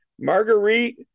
Marguerite